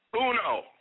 Uno